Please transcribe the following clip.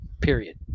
period